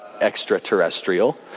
extraterrestrial